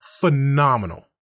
phenomenal